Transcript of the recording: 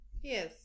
Yes